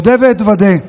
אודה ואתוודה,